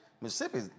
Mississippi